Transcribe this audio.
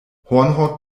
hornhaut